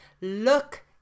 look